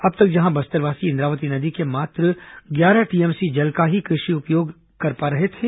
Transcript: अब तक जहां बस्तरवासी इंद्रावती नदी के मात्र ग्यारह टीएमसी जल का ही उपयोग कृषि के लिए कर पा रहे थे